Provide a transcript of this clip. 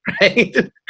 right